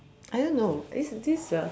I don't know this this is a